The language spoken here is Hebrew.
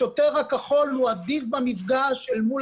השוטר הכחול הוא עדיף במפגש אל מול